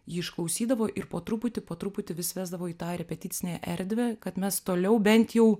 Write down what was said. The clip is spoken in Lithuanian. ji išklausydavo ir po truputį po truputį vis vesdavo į tą repeticinę erdvę kad mes toliau bent jau